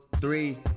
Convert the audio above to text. three